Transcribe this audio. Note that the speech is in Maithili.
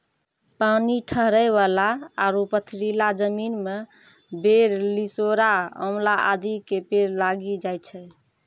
पानी ठहरै वाला आरो पथरीला जमीन मॅ बेर, लिसोड़ा, आंवला आदि के पेड़ लागी जाय छै